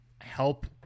Help